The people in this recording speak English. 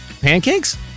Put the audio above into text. Pancakes